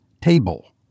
table